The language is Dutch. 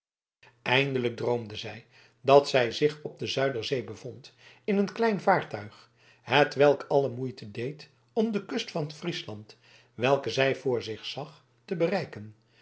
eindelijk droomde zij dat zij zich op de zuiderzee bevond in een klein vaartuig hetwelk alle moeite deed om de kust van friesland welke zij voor zich zag te bereiken